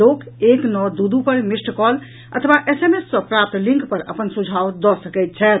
लोक एक नओ दू दू पर मिस्ड कॉल अथवा एसएमएस सॅ प्राप्त लिंक पर अपन सुझाव दऽ सकैत छथि